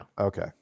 Okay